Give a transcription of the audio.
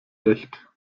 recht